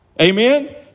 Amen